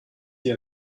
dir